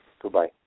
Goodbye